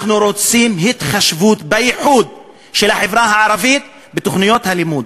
אנחנו רוצים התחשבות בייחוד של החברה הערבית בתוכניות הלימוד,